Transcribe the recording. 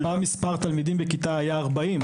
פעם מספר התלמידים בכיתה היה 40,